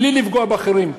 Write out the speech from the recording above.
בלי לפגוע באחרים.